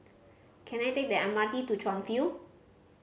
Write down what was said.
can I take the M R T to Chuan View